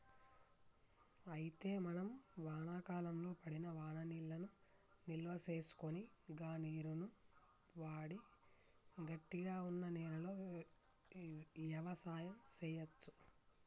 అయితే మనం వానాకాలంలో పడిన వాననీళ్లను నిల్వసేసుకొని గా నీరును వాడి గట్టిగా వున్న నేలలో యవసాయం సేయచ్చు